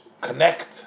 connect